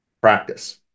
practice